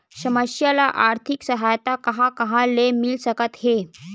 समस्या ल आर्थिक सहायता कहां कहा ले मिल सकथे?